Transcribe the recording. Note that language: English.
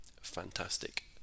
Fantastic